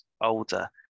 older